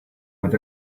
with